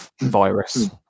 virus